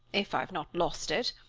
if i've not lost it.